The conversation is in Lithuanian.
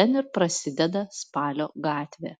ten ir prasideda spalio gatvė